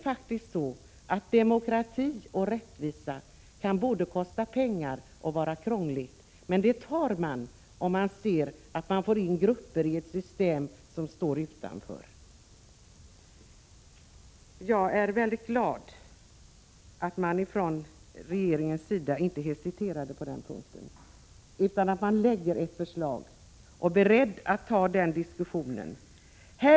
Faktum är att demokrati och rättvisa kan både kosta pengar och vara krångliga, men det tar man om man ser att man i ett system får in grupper som stått utanför. Jag är väldigt glad att regeringen inte hesiterade utan har lagt fram ett förslag och är beredd att ta den diskussion som kan komma.